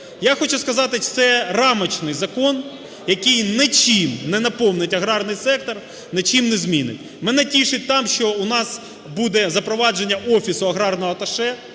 Я хочу сказати, що це рамочний закон, який нічим не наповнить аграрний сектор, нічим не змінить. Мене тішить там, що у нас буде запровадження офісу аграрного аташе,